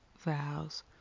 vows